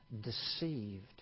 deceived